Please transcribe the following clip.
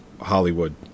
Hollywood